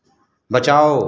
बचाओ